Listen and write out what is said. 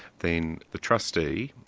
then the trustee,